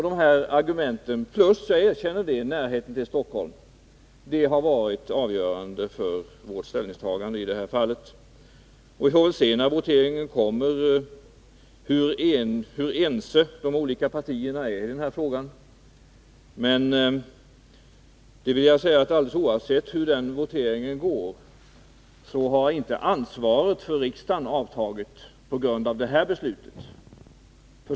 Dessa förhållanden samt — jag erkänner det — närheten till Stockholm har varit avgörande för vårt ställningstagande i det här fallet. Och vi får väl se när voteringen kommer hur ense de olika partierna är i den här frågan. Alldeles oavsett hur voteringen går har inte ansvaret för riksdagen avtagit på grund av beslutet.